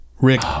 Rick